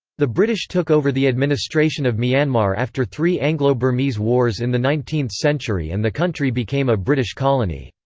the british took over the administration of myanmar after three anglo-burmese wars in the nineteenth century and the country became a british colony.